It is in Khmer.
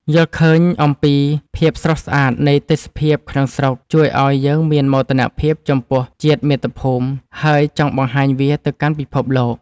យល់ឃើញអំពីភាពស្រស់ស្អាតនៃទេសភាពក្នុងស្រុកជួយឱ្យយើងមានមោទនភាពចំពោះជាតិមាតុភូមិ ហើយ ចង់បង្ហាញវាទៅកាន់ពិភពលោក។